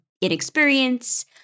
inexperience